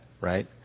right